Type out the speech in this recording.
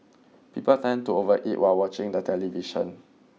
people tend to overeat while watching the television